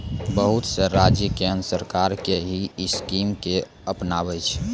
बहुत से राज्य केन्द्र सरकार के ही स्कीम के अपनाबै छै